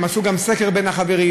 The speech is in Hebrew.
הם עשו גם סקר בין החברים,